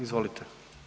Izvolite.